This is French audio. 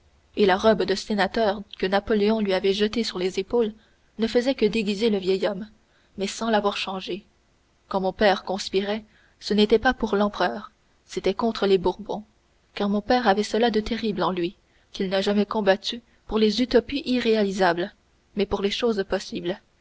et la robe de sénateur que napoléon lui avait jetée sur les épaules ne faisait que déguiser le vieil homme mais sans l'avoir changé quand mon père conspirait ce n'était pas pour l'empereur c'était contre les bourbons car mon père avait cela de terrible en lui qu'il n'a jamais combattu pour les utopies irréalisables mais pour les choses possibles